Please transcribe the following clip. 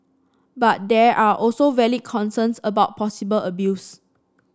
but there are also valid concerns about possible abuse